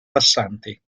passanti